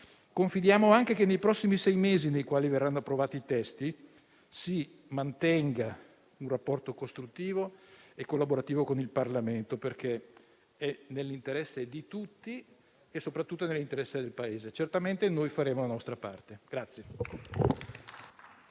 Confidiamo anche che nei prossimi sei mesi, nei quali verranno approvati i testi, si mantenga un rapporto costruttivo e collaborativo con il Parlamento, perché è nell'interesse di tutti e soprattutto nell'interesse del Paese. Certamente noi faremo la nostra parte.